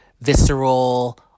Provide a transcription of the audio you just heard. visceral